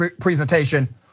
presentation